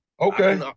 Okay